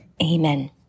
Amen